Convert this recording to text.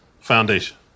foundation